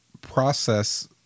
process